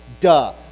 Duh